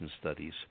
Studies